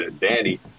Danny